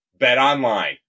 BetOnline